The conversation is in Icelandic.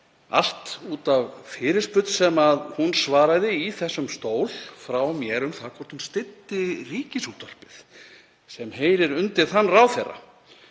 allt út af fyrirspurn sem hún svaraði í þessum stól frá mér um það hvort hún styddi Ríkisútvarpið sem heyrir undir þann ráðherra.